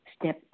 Step